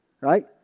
Right